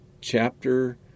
chapter